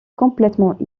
complètement